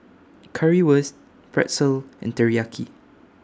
Currywurst Pretzel and Teriyaki